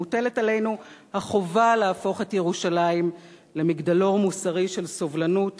מוטלת עלינו החובה להפוך את ירושלים למגדלור מוסרי של סובלנות,